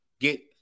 Get